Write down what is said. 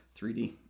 3D